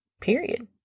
period